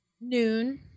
noon